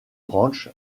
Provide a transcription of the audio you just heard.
ranch